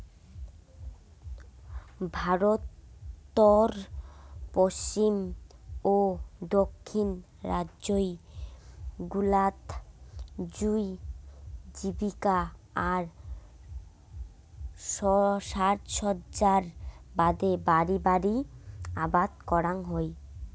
ভারতর পশ্চিম ও দক্ষিণ রাইজ্য গুলাত জুঁই জীবিকা আর সাজসজ্জার বাদে বাড়ি বাড়ি আবাদ করাং হই